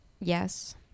yes